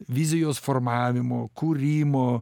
vizijos formavimo kūrimo